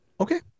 Okay